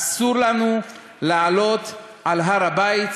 אסור לנו לעלות על הר-הבית,